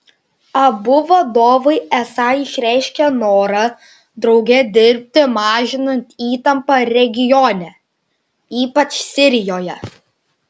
abu vadovai esą išreiškė norą drauge dirbti mažinant įtampą regione ypač sirijoje